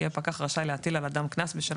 יהיה פקח רשאי להטיל על אדם קנס בשל